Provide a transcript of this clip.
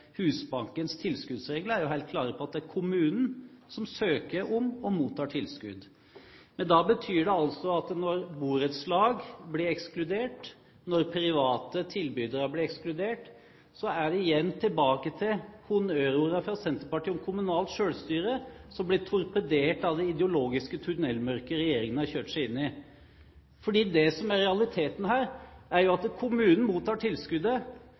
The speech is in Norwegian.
Husbankens tilskuddsregler er helt klare på at det er kommunen som søker om og mottar tilskudd. Men når borettslag blir ekskludert, når private tilbydere blir ekskludert, betyr det at vi igjen er tilbake til honnørordene fra Senterpartiet om kommunalt selvstyre, som blir torpedert av det ideologiske tunnelmørket regjeringen har kjørt seg inn i. Det som er realiteten her, er at kommunen mottar tilskuddet,